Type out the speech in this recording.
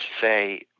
say